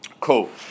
Cool